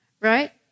Right